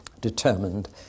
determined